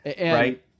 Right